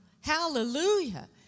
Hallelujah